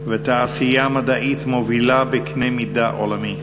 ותעשייה מדעית מובילה בקנה-מידה עולמי.